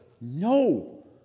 No